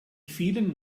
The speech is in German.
vielen